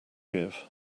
give